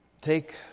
take